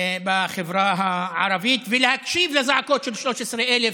בחברה הערבית ולהקשיב לזעקות של 13,000